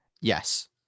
Yes